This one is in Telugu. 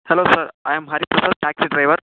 hello sir I am Hari Prasad taxi driver